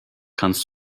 kannst